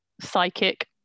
psychic